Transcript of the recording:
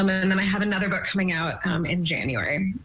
um ah and and i have another book coming out um in january.